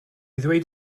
ddweud